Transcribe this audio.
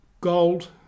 Gold